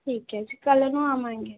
ਠੀਕ ਹੈ ਜੀ ਕੱਲ੍ਹ ਨੂੰ ਅਵਾਂਗੇ